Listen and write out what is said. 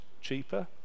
cheaper